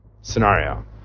scenario